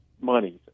money